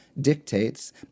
dictates